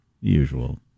usual